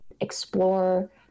explore